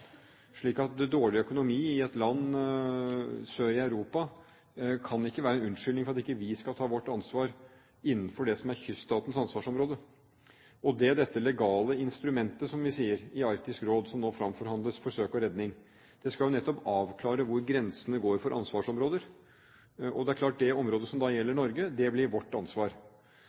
dårlig økonomi i et land sør i Europa kan ikke være en unnskyldning for at ikke vi skal ta vårt ansvar innenfor det som er kyststatens ansvarsområde. Det dette legale instrumentet, som vi sier i Arktisk Råd, som nå fremforhandles for søk og redning, nettopp skal avklare, er jo hvor grensene går for ansvarsområder. Og det er klart at det området som da gjelder Norge, blir vårt ansvar.